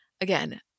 again